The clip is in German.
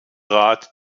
rat